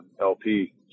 LP